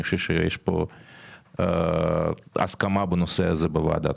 יש הסכמה על הנושא הזה בוועדה.